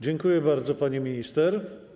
Dziękuję bardzo, pani minister.